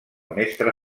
mestre